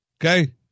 Okay